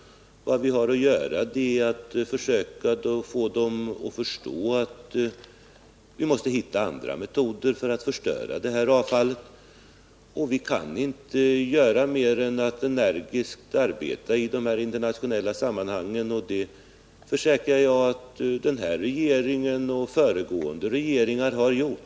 Vad vi har att göra är att försöka få dem att förstå att vi måste hitta andra metoder för att förstöra avfallet, och vi kan inte göra mer än att energiskt arbeta i dessa internationella sammanhang. Det försäkrar jag att den här regeringen och föregående regeringar har gjort.